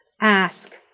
Ask